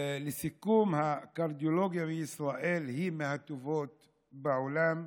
לסיכום, הקרדיולוגיה בישראל היא מהטובות בעולם,